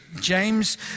James